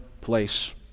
place